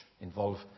involve